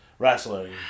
wrestling